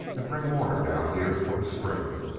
and bring water down here from the spring.